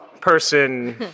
person